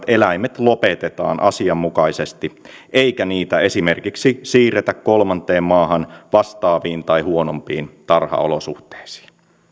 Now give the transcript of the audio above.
eläimet lopetetaan asianmukaisesti eikä niitä esimerkiksi siirretä kolmanteen maahan vastaaviin tai huonompiin tarhaolosuhteisiin